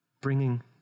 bringing